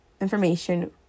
information